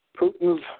Putin's